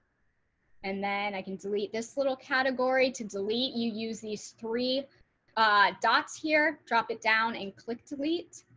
and then i can delete this little category to delete you use these three ah dots here, drop it down and click delete.